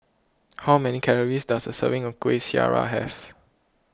how many calories does a serving of Kueh Syara have